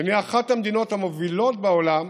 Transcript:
ונהיה אחת המדינות המובילות בעולם,